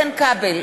בעד אלי כהן,